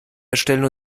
erstellen